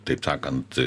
taip sakant